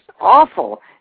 awful